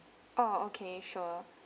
oh okay sure